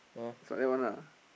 it's like that one lah